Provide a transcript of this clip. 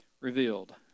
revealed